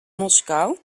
moskou